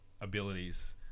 abilities